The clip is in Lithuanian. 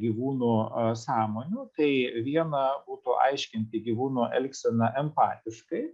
gyvūnų sąmonių tai viena būtų aiškinti gyvūnų elgseną empatiškai